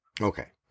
Okay